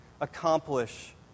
accomplish